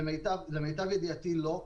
למיטב ידיעתי לא.